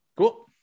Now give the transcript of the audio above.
Cool